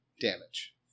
damage